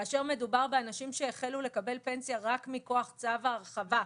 כאשר מדובר באנשים שהחלו לקבל פנסיה רק מכוח צו ההרחבה,